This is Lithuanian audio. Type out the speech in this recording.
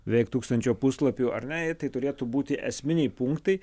beveik tūkstančio puslapių ar ne ir tai turėtų būti esminiai punktai